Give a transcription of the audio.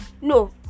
no